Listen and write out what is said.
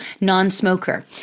non-smoker